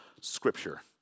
Scripture